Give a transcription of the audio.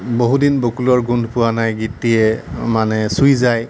বহু দিন বকুলৰ গোন্ধ পোৱা নাই সেই গীতটিয়ে মানে চুই যায়